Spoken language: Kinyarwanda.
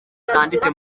zanditse